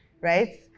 right